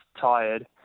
tired